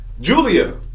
Julia